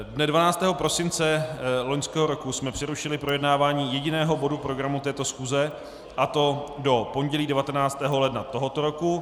Dne 12. prosince loňského roku jsme přerušili projednávání jediného bodu programu této schůze, a to do pondělí 19. ledna tohoto roku.